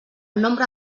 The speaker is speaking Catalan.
nombre